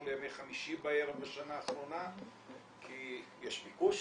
לחמישי בערב בשנה האחרונה כי יש ביקוש